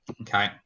Okay